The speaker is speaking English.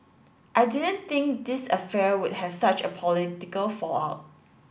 I didn't think this affair would have such a political fallout